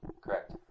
Correct